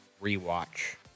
re-watch